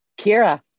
Kira